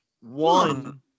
one